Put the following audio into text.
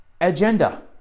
agenda